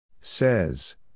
Says